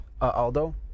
Aldo